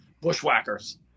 bushwhackers